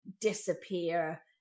disappear